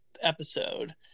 episode